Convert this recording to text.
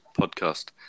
podcast